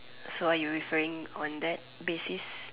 so are you referring on that basis